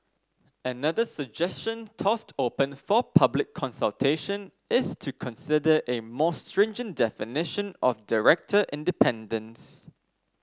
another suggestion tossed open for public consultation is to consider a more stringent definition of director independence